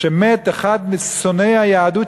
שמת אחד משונאי היהדות,